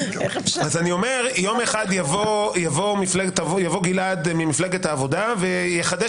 אז אני אומר שיום אחד יבוא גלעד ממפלגת העובדה ויחדש